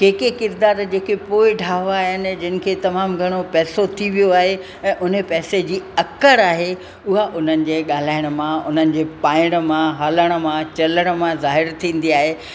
कंहिं कंहिं किरिदार जेके पोइ ढावा आहिनि जिनिखे तमामु घणो पैसो थी वियो आहे ऐं हुन पैसे जी अकड़ आहे उहा उन्हनि जे ॻाल्हाइण मां उन्हनि जे पाइण मां हलण मां चलण मां ज़ाहिर थींदी आहे